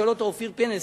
שואל אותו אופיר פינס,